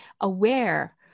aware